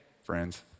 Friends